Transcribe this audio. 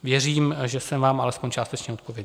Věřím, že jsem vám alespoň částečně odpověděl.